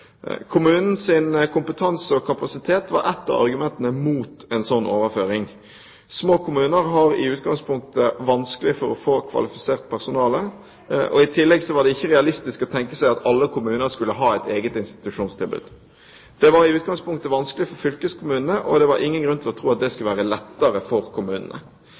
kommunen et helhetlig ansvar for barnevernet. Det er et forslag som tidligere har vært utredet. Forut for reformen i 2004 ble det også vurdert overføring av de fylkeskommunale oppgavene til kommunal sektor. Kommunens kompetanse og kapasitet var et av argumentene mot en slik overføring. Små kommuner har i utgangspunktet vanskelig for å få kvalifisert personale, og i tillegg var det ikke realistisk å tenke seg at alle kommuner skulle ha et eget institusjonstilbud. Det var